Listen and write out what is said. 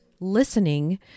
listening